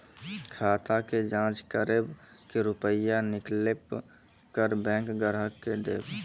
खाता के जाँच करेब के रुपिया निकैलक करऽ बैंक ग्राहक के देब?